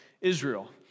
Israel